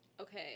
Okay